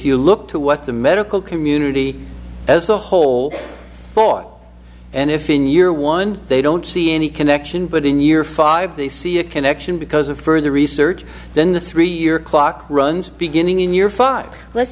you look to what the medical community as a whole thought and if in year one they don't see any connection but in year five they see a connection because of further research then the three year clock runs beginning in your